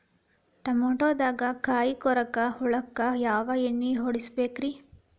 ಟಮಾಟೊದಾಗ ಕಾಯಿಕೊರಕ ಹುಳಕ್ಕ ಯಾವ ಎಣ್ಣಿ ಹೊಡಿಬೇಕ್ರೇ?